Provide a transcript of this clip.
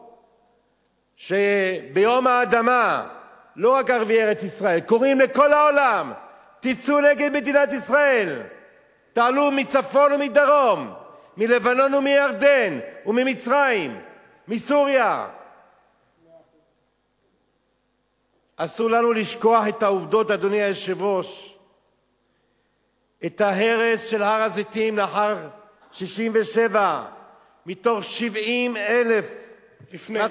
67'. לפני.